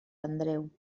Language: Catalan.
andreu